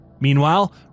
Meanwhile